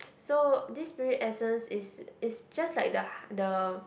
so this spirit essence is is just like the h~ the